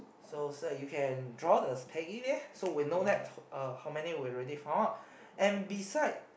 so sir you can draw the Peggy there so we know that uh how many we already found out and beside